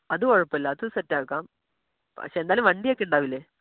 അത് കുഴപ്പമില്ല അത് സെറ്റാക്കാം പക്ഷെ എന്തായാലും വണ്ടിയൊക്കെ ഉണ്ടാവില്ലേ